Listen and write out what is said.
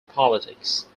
politics